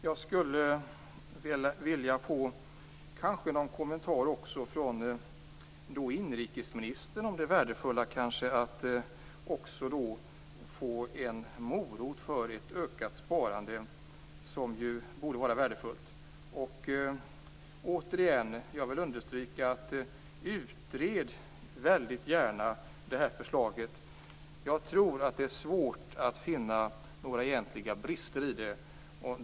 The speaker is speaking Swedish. Jag skulle vilja ha någon kommentar från inrikesministern om det värdefulla i att skapa en morot för ett ökat sparande. Jag vill återigen understryka: Utred gärna det här förslaget noga! Jag tror att det är svårt att finna några brister i det.